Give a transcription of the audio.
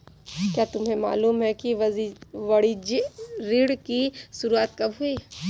क्या तुम्हें मालूम है कि वाणिज्य ऋण की शुरुआत कब हुई?